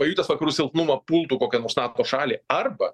pajutęs vakarų silpnumą pultų kokią nors nato šalį arba